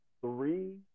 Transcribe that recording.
three